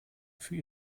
für